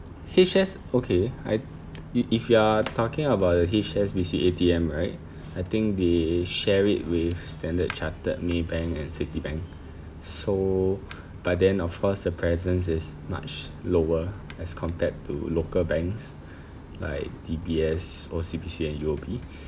H_S okay I if you are talking about the H_S_B_C A_T_M right I think they share it with Standard Chartered Maybank and Citibank so but then of course the presence is much lower as compared to local banks like D_B_S O_C_B_C and U_O_B